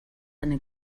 eine